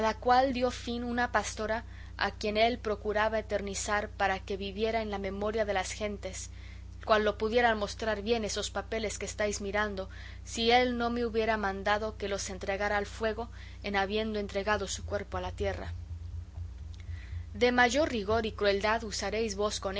cual dio fin una pastora a quien él procuraba eternizar para que viviera en la memoria de las gentes cual lo pudieran mostrar bien esos papeles que estáis mirando si él no me hubiera mandado que los entregara al fuego en habiendo entregado su cuerpo a la tierra de mayor rigor y crueldad usaréis vos con